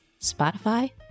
Spotify